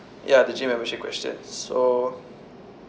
ya the gym membership question so